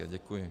Děkuji.